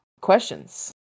questions